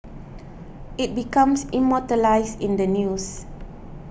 it becomes immortalised in the news